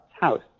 House